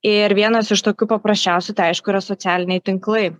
ir vienas iš tokių paprasčiausių tai aišku yra socialiniai tinklai